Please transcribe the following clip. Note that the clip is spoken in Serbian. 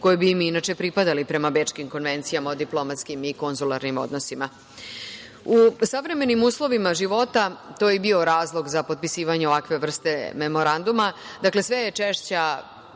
koje bi im inače pripadali prema bečkim konvencijama o diplomatskim i konzularnim odnosima.U savremenim uslovima života, to je i bio razlog za potpisivanje ovakve vrste memoranduma, dakle sve je češća